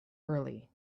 early